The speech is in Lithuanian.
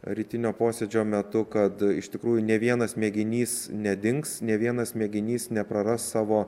rytinio posėdžio metu kad iš tikrųjų nė vienas mėginys nedings nė vienas mėginys nepraras savo